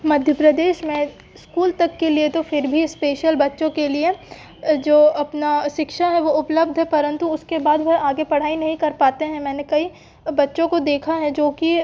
मध्य प्रदेश में इस्कूल तक के लिए तो फिर भी इस्पेशल बच्चों के लिए जो अपना शिक्षा है वो उपलब्ध है परंतु उसके बाद वह आगे पढ़ाई नहीं कर पाते हैं मैंने कई बच्चों को देखा है जोकि